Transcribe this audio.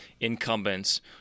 incumbents